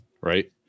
right